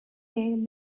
est